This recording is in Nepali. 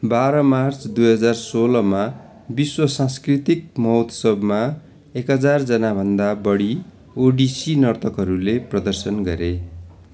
बाह्र मार्च दुई हजार सोह्रमा विश्व सांस्कृतिक महोत्सवमा एक हजारजनाभन्दा बढी ओडिसी नर्तकहरूले प्रदर्शन गरे